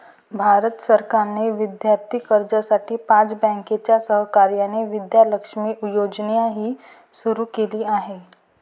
भारत सरकारने विद्यार्थी कर्जासाठी पाच बँकांच्या सहकार्याने विद्या लक्ष्मी योजनाही सुरू केली आहे